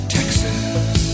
Texas